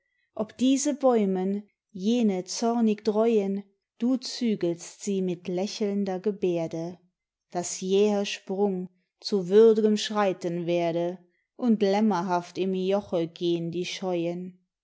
ob diese bäumen jene zornig dräuen du zügelst sie mit lächelnder geberde daß jäher sprung zu würd'gem schreiten werde und lämmerhaft im joche gehn die scheuen